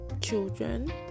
children